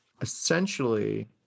essentially